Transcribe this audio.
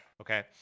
Okay